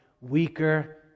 weaker